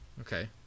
Okay